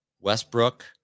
Westbrook